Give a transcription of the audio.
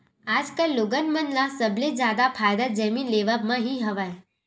आजकल लोगन मन ल सबले जादा फायदा जमीन लेवब म ही हवय